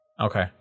Okay